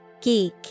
Geek